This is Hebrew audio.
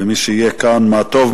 ומי שיהיה כאן, מה טוב.